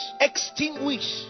extinguish